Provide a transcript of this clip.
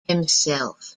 himself